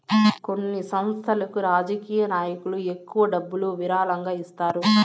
కొన్ని సంస్థలకు రాజకీయ నాయకులు ఎక్కువ డబ్బులు విరాళంగా ఇస్తారు